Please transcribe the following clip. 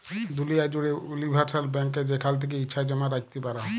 দুলিয়া জ্যুড়ে উলিভারসাল ব্যাংকে যেখাল থ্যাকে ইছা জমা রাইখতে পারো